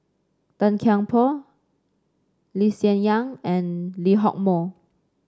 Tan Kian Por Lee Hsien Yang and Lee Hock Moh